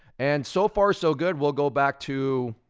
and so far, so good. we'll go back to,